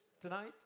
tonight